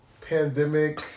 pandemic